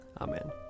Amen